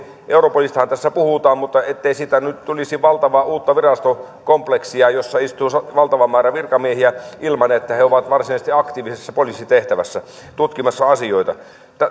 europolistahan tässä puhutaan ei nyt tulisi valtavaa uutta virastokompleksia jossa istuisi valtava määrä virkamiehiä ilman että he ovat varsinaisesti aktiivisessa poliisitehtävässä tutkimassa asioita